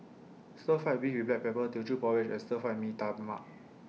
Stir Fried Beef with Black Pepper Teochew Porridge and Stir Fried Mee Tai Mak